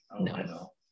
no